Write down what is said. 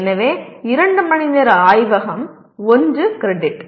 எனவே 2 மணிநேர ஆய்வகம் 1 கிரெடிட்